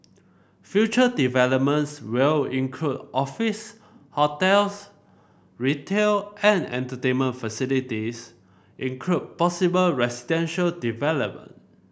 future developments will include office hotels retail and entertainment facilities include possible residential development